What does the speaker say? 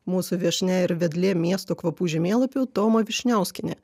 mūsų viešnia ir vedlė miesto kvapų žemėlapių toma vyšniauskienė